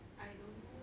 I don't know